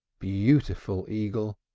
beautiful eagle!